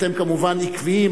אתם, כמובן, עקביים.